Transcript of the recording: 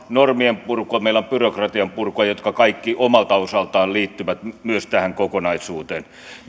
normien purkua meillä on byrokratian purkua jotka kaikki omalta osaltaan myös liittyvät tähän kokonaisuuteen